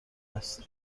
است